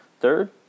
Third